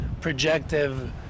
projective